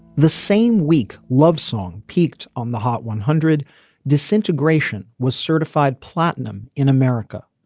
the same week love song peaked on the hot one hundred disintegration was certified platinum in america.